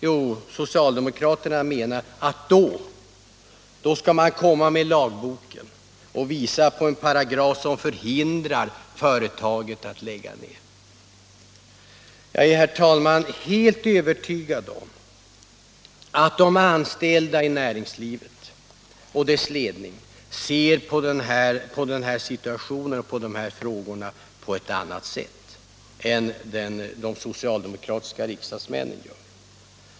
Jo, socialdemokraterna menar att då skall man komma med lagboken och visa på en paragraf som hindrar företagen från att lägga ned. Jag är helt övertygad om att både de anställda i näringslivet och ledningarna i företagen ser på den här situationen och de här frågorna på ett annat sätt än de socialdemokratiska riksdagsmännen gör.